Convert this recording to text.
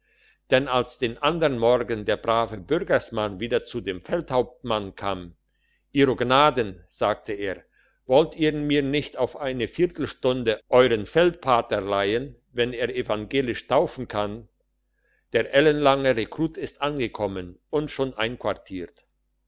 denn als den andern morgen der brave burgersmann wieder zu dem feldhauptmann kam ihro gnaden sagte er wolltet ihr mir nicht auf eine viertelstunde euern peldpater leihen wenn er evangelisch taufen kann der ellenlange rekrut ist angekommen und schon einquartiert